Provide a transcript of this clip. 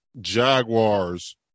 Jaguars